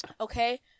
Okay